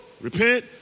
repent